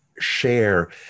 share